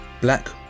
black